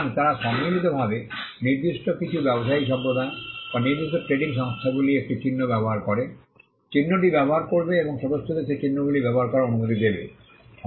সুতরাং তারা সম্মিলিতভাবে নির্দিষ্ট কিছু ব্যবসায়ী সম্প্রদায় বা নির্দিষ্ট ট্রেডিং সংস্থাগুলি একটি চিহ্ন ব্যবহার করে চিহ্নটি ব্যবহার করবে এবং সদস্যদের সেই চিহ্নগুলি ব্যবহার করার অনুমতি দেবে